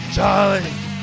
Charlie